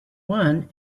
one